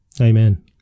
Amen